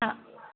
हां